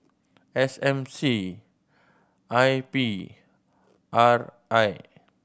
S M C I P R I